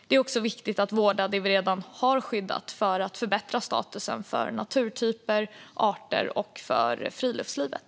Det är också viktigt att vårda det vi redan har skyddat för att förbättra statusen för naturtyper och arter och för friluftslivet.